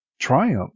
triumph